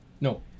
no